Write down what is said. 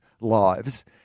lives